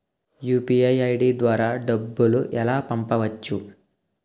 UPI ID ద్వారా డబ్బులు ఎలా పంపవచ్చు?